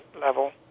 level